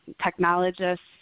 technologists